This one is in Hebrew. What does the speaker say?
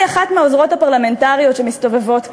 אחת מהעוזרות הפרלמנטריות שמסתובבות כאן.